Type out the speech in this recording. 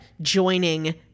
joining